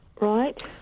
Right